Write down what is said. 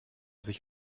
sich